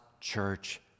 church